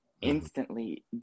instantly